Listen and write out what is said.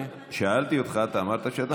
שאלתי אותך, אמרת שאתה תסתדר.